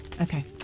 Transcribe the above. okay